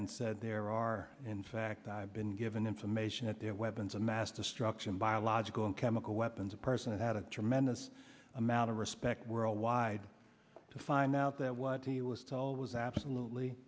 and said there are in fact i've been given information at their weapons of mass destruction biological and chemical weapons a person that had a tremendous amount of respect worldwide to find out that what he was told was absolutely